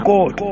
God